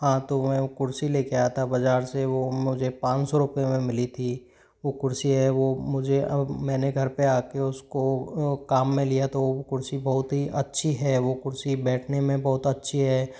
हाँ तो वो कुर्सी लेके आया था बाजार से वो मुझे पाँच सौ रुपए में मिली थी वो कुर्सी है वो मुझे अब मैंने घर पे आके उसको काम में लिया तो कुर्सी बहुत ही अच्छी है वो कुर्सी बैठने में बहुत अच्छी है